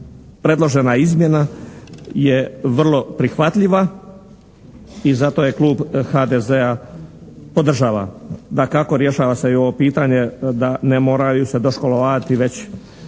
predložena izmjena je vrlo prihvatljiva i zato je klub HDZ-a podržava. Dakako, rješava se i ovo pitanje da ne moraju se doškolovavati već